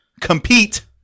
compete